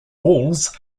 walls